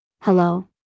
Hello